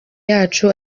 yacu